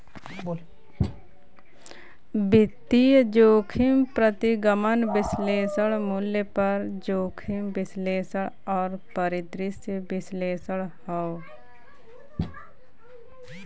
वित्तीय जोखिम प्रतिगमन विश्लेषण, मूल्य पर जोखिम विश्लेषण और परिदृश्य विश्लेषण हौ